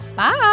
Bye